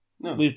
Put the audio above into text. No